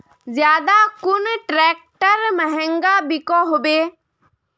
ज्यादा कुन ट्रैक्टर महंगा बिको होबे?